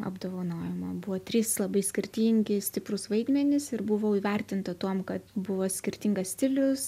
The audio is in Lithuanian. apdovanojimą buvo trys labai skirtingi stiprūs vaidmenys ir buvau įvertinta tuom kad buvo skirtingas stilius